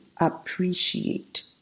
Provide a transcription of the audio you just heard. appreciate